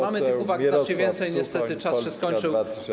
Mamy tych uwag znacznie więcej, niestety czas się skończył.